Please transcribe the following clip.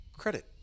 credit